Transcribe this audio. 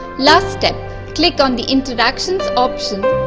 last step click on the interactions option